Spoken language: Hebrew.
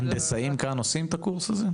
הנדסאים כאן עושים את הקורס הזה?